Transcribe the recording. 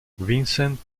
vincent